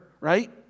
right